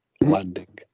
landing